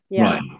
Right